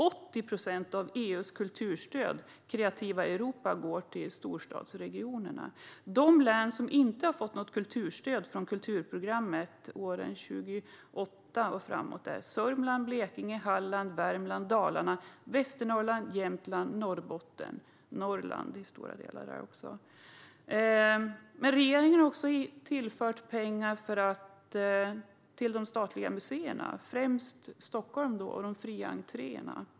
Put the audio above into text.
80 procent av EU:s kulturstöd, Kreativa Europa, går till storstadsregionerna. De län som inte har fått något kulturstöd från kulturprogrammet åren 2008 och framåt är Sörmland, Blekinge, Halland, Värmland, Dalarna, Västernorrland, Jämtland och Norrbotten. Regeringen har tillfört pengar till de statliga museerna, som främst ligger i Stockholm, och till fri entré.